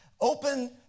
open